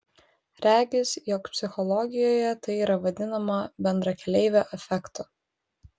regis jog psichologijoje tai yra vadinama bendrakeleivio efektu